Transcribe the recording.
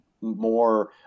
more